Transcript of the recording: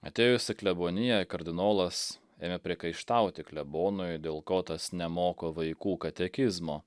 atėjus į kleboniją kardinolas ėmė priekaištauti klebonui dėl ko tas nemoko vaikų katekizmo